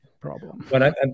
problem